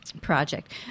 project